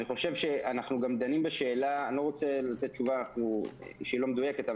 אנחנו גם דנים בשאלה אני לא רוצה לתת תשובה שהיא לא מדויקת,